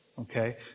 okay